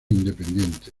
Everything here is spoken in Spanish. independiente